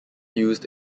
used